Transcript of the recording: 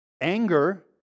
anger